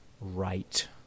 right